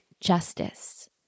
justice